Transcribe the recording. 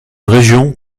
région